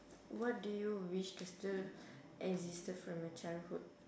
what do you wish that still existed from your childhood